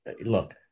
look